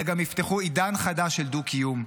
אלא גם יפתחו עידן חדש של דו-קיום,